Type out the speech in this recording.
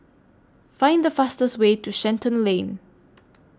Find The fastest Way to Shenton Lane